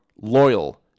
loyal